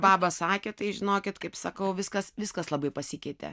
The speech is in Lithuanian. baba sakė tai žinokit kaip sakau viskas viskas labai pasikeitė